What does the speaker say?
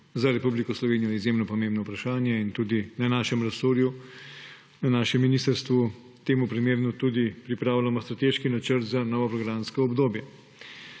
za Republiko Slovenijo izjemno pomembno vprašanje. Na našem resorju, na našem ministrstvu temu primerno tudi pripravljamo strateški načrt za novo programsko obdobje.